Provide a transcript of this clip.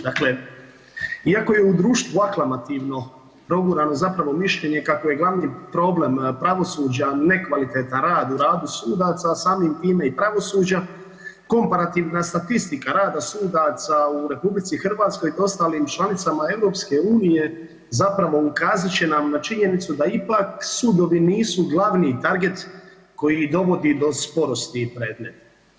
Dakle, iako je u društvu aklamativno progurano zapravo mišljenje kako je glavni problem pravosuđa nekvalitetan rad u radu sudaca, a samim time i pravosuđa komparativna statistika rada sudaca u RH i ostalim članicama EU zapravo ukazat će nam na činjenicu da ipak sudovi nisu glavni target koji dovodi do sporosti predmeta.